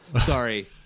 Sorry